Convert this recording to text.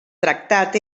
tractat